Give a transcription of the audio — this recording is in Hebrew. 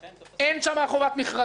אין שם חובת מכרזים.